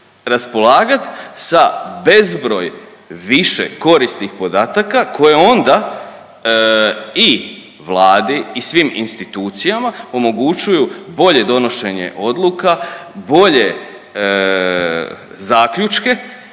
raspolagat sa bezbroj više korisnih podataka koje onda i Vladi i svim institucijama omogućuju bolje donošenje odluka, bolje zaključke